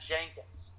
Jenkins